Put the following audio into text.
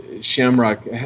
Shamrock